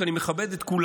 כי אני מכבד את כולם.